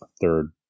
third